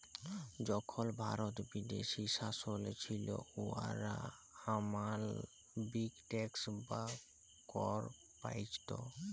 যখল ভারত বিদেশী শাসলে ছিল, উয়ারা অমালবিক ট্যাক্স বা কর চাপাইত